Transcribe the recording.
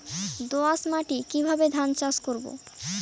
দোয়াস মাটি কিভাবে ধান চাষ করব?